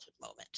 moment